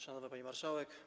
Szanowna Pani Marszałek!